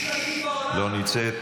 אינה נוכחת,